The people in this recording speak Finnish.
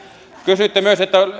kysyitte myös